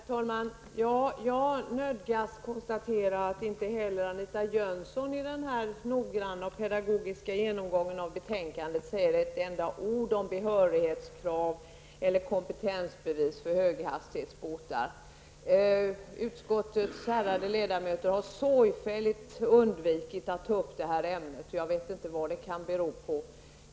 Herr talman! Jag nödgas konstatera att inte heller Anita Jönsson i denna noggranna och pedagogiska genomgång av betänkandet säger ett enda ord om behörighetskrav eller kompetensbevis för högfartsbåtar. Utskottets ärade ledamöter har sorgfälligt undvikit att ta upp det ämnet. Jag vet inte vad det kan bero på.